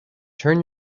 turn